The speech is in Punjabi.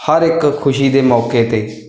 ਹਰ ਇੱਕ ਖੁਸ਼ੀ ਦੇ ਮੌਕੇ 'ਤੇ